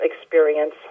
experience